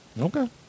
Okay